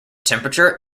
temperature